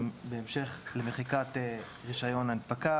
בהמשך למחיקת רישיון הנפקה.